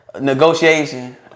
negotiation